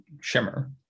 Shimmer